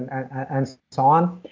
and so on.